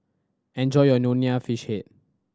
enjoy your Nonya Fish Head